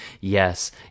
Yes